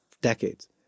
decades